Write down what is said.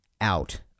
out